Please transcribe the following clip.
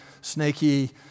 snaky